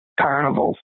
carnivals